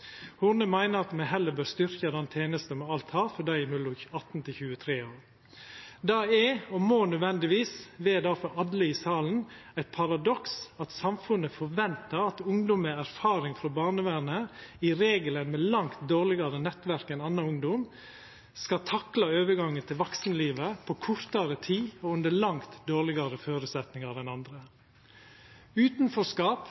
Horne meiner at me heller bør styrkja den tenesta me alt har for dei mellom 18 år og 23 år. Det er og må då nødvendigvis vera eit paradoks for alle i salen at samfunnet forventar at ungdom med erfaring frå barnevernet, som i regelen har langt dårlegare nettverk enn annan ungdom, skal takla overgangen til vaksenlivet på kortare tid og under langt dårlegare føresetnader enn